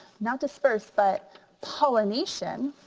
not disperse but pollination,